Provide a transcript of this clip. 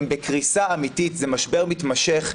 הם בקריסה אמיתית, זה משבר מתמשך.